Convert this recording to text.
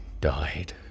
died